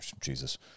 Jesus